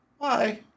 Bye